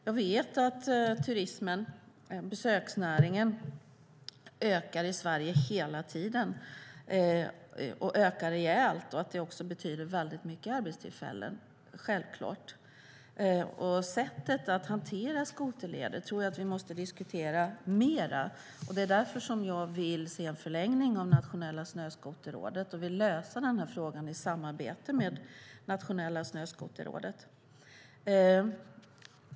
Jag vet att turismen, besöksnäringen, ökar rejält i Sverige hela tiden och att det självklart betyder väldigt många arbetstillfällen. Sättet att hantera skoterleder tror jag att vi måste diskutera mera. Det är därför som jag vill se en förlängning av Nationella Snöskoterrådet och vill lösa den här frågan i samarbete med Nationella Snöskoterrådet.